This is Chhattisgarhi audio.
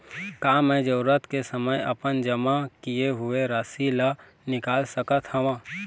का मैं जरूरत के समय अपन जमा किए हुए राशि ला निकाल सकत हव?